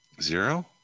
Zero